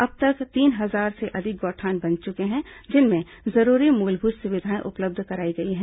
अब तक तीनहजार से अधिक गौठान बन चुके हैं जिनमें जरूरी मूलभूत सुविधाएं उपलब्ध कराईगई हैं